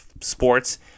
sports